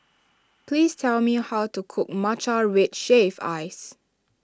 please tell me how to cook Matcha Red Shaved Ice